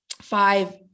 five